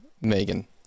Megan